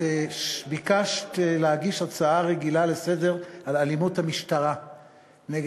אבל השר עונה, השר עונה.